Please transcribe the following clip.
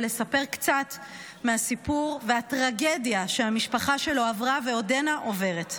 ולספר קצת מהסיפור והטרגדיה שהמשפחה שלו עברה ועודנה עוברת.